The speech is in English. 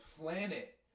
planet